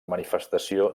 manifestació